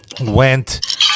went